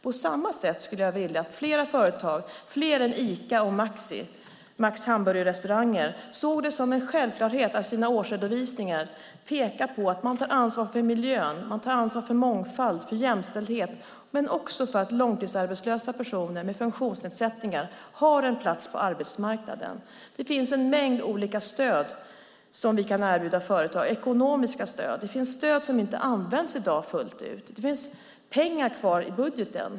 På samma sätt skulle jag vilja att fler företag än Ica och Max såg det som en självklarhet att i sina årsredovisningar peka på att man tar ansvar för miljö, mångfald, jämställdhet och för att långtidsarbetslösa personer med funktionsnedsättningar har en plats på arbetsmarknaden. Det finns en mängd olika ekonomiska stöd som vi kan erbjuda företag. Det finns stöd som inte används i dag fullt ut. Det finns pengar kvar i budgeten.